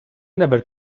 never